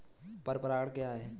पर परागण क्या है?